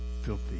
Filthy